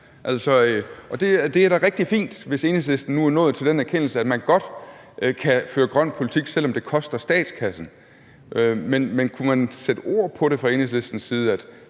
det er da rigtig fint, hvis Enhedslisten nu er nået til den erkendelse, at man godt kan føre grøn politik, selv om det koster statskassen, men kunne man sætte ord på det fra Enhedslistens side: